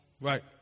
Right